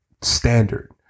standard